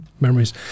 memories